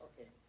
Okay